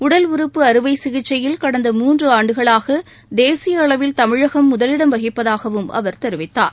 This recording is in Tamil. உடல் உறுப்பு அறுவை சிகிச்சையில் கடந்த மூன்று ஆண்டுகளாக தேசிய அளவில் தமிழகம் முதலிடம் வகிப்பதாகவும் அவர் தெரிவித்தார்